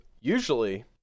usually